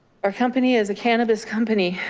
our company is a cannabis company,